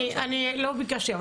אני לא ביקשתי.